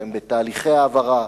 שהם בתהליכי העברה,